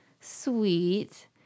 sweet